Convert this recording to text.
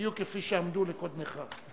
בדיוק כפי שעמדו לקודמך.